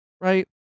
right